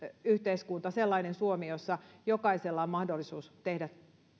yhteiskunta sellainen suomi jossa jokaisella on mahdollisuus tehdä